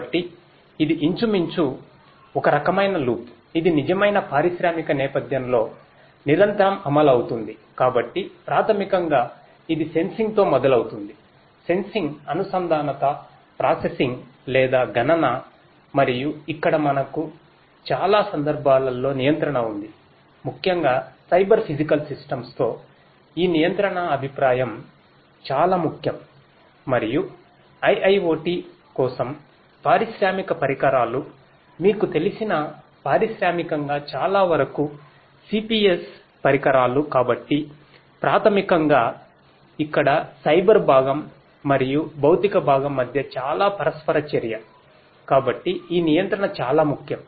కాబట్టి ఇది ఇంచు మించు ఒక రకమైన లూప్ తో ఈ నియంత్రణ అభిప్రాయం చాలా ముఖ్యం మరియు IIoT కోసం పారిశ్రామిక పరికరాలు మీకు తెలిసిన పారిశ్రామికంగా చాలావరకు CPS పరికరాలు కాబట్టి ప్రాథమికంగా ఇక్కడ సైబర్ భాగం మరియు భౌతిక భాగం మధ్య చాలా పరస్పర చర్య కాబట్టి ఈ నియంత్రణ చాలా ముఖ్యం